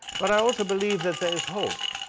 but i also believe that there is hope